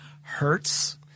hurts –